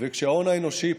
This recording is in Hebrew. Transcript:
וכשההון האנושי,